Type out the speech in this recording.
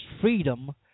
Freedom